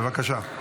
בבקשה.